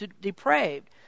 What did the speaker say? depraved